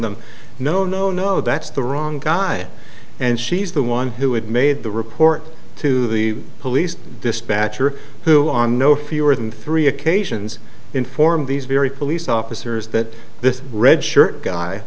them no no no that's the wrong guy and she's the one who had made the report to the police dispatcher who on no fewer than three occasions informed these very police officers that this red shirt guy